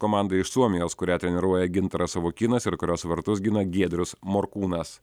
komanda iš suomijos kurią treniruoja gintaras savukynas ir kurios vartus gina giedrius morkūnas